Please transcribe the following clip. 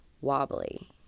wobbly